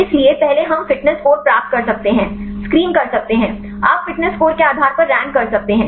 इसलिए पहले हम फिटनेस स्कोर प्राप्त कर सकते हैं स्क्रीन कर सकते हैं आप फिटनेस स्कोर के आधार पर रैंक कर सकते हैं